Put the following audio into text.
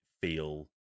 feel